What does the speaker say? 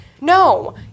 no